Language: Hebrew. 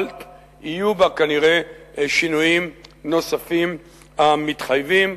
אבל יהיו בה כנראה שינויים נוספים המתחייבים.